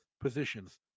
positions